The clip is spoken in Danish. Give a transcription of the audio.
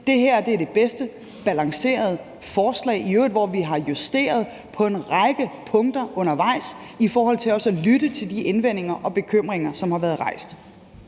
det her er det bedste balancerede forslag, hvor vi i øvrigt har justeret på en række punkter undervejs, i forhold til at vi har lyttet til de indvendinger og bekymringer, som har været rejst.